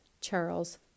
Charles